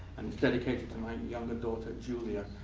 and it's dedicated to my younger daughter julia.